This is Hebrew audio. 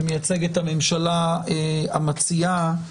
שמייצג את הממשלה המציעה,